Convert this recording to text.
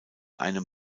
einem